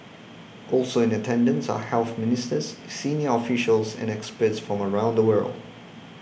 also in attendance are health ministers senior officials and experts from around the world